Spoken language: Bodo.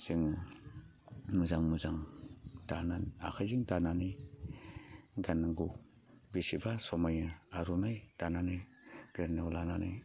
जोङो मोजां मोजां दानान आखायजों दानानै गाननांगौ बेसेबा समायना आर'नाय दानानै गोदोनायाव लानानै